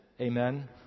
Amen